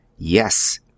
Yes